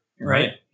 right